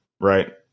right